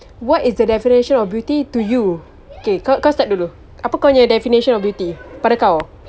what is the definition of beauty to you okay kau kau start dulu apa kau punya definition of beauty pada kau